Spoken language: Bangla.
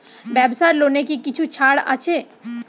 ব্যাবসার লোনে কি কিছু ছাড় আছে?